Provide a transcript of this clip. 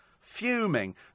fuming